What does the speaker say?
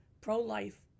Pro-life